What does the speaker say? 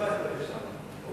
אביא את המכלול לשר האוצר,